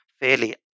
fairly